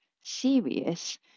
serious